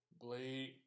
Blade